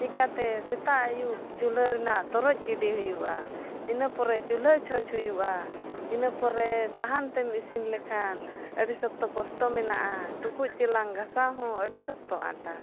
ᱪᱤᱠᱟᱹᱛᱮ ᱥᱮᱛᱟᱜ ᱟᱹᱭᱩᱵᱽ ᱪᱩᱞᱦᱟᱹ ᱨᱮᱭᱟᱜ ᱛᱚᱨᱚᱡ ᱜᱤᱰᱤ ᱦᱩᱭᱩᱜᱼᱟ ᱤᱱᱟᱹ ᱯᱚᱨᱮ ᱪᱩᱞᱦᱟᱹ ᱪᱷᱚᱪ ᱦᱩᱭᱩᱜᱼᱟ ᱤᱱᱟᱹ ᱯᱚᱨᱮ ᱥᱟᱦᱟᱱᱛᱮᱢ ᱤᱥᱤᱱ ᱞᱮᱠᱷᱟᱱ ᱟᱹᱰᱤ ᱥᱚᱠᱛᱚ ᱠᱚᱥᱴᱚ ᱢᱮᱱᱟᱜᱼᱟ ᱴᱩᱠᱩᱡ ᱪᱮᱞᱟᱝ ᱜᱷᱟᱥᱟᱣ ᱦᱚᱸ ᱟᱹᱰᱤ ᱥᱚᱠᱛᱚ ᱟᱸᱴᱟ